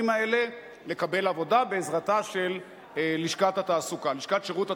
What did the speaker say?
האלה לקבל עבודה בעזרתה של לשכת שירות התעסוקה.